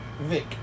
Vic